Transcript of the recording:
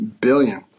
billion